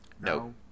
No